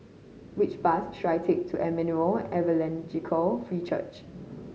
which bus should I take to Emmanuel Evangelical Free Church